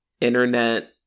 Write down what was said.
internet